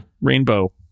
rainbow